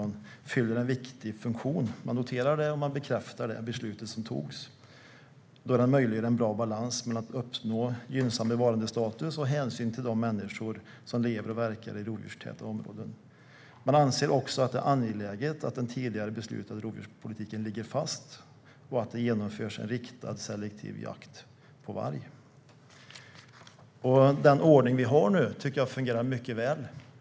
Den fyller en viktig funktion. Man noterar och bekräftar det beslut som fattades. Då finns det troligen en bra balans mellan att uppnå en gynnsam bevarandestatus och att ta hänsyn till de människor som lever och verkar i rovdjurstäta områden. Man anser också att det är angeläget att den tidigare beslutade rovdjurspolitiken ligger fast och att det genomförs en riktad, selektiv jakt på varg. Den ordning vi har tycker jag fungerar mycket bra.